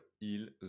ils